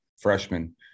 freshman